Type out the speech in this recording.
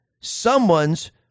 someone's